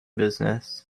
business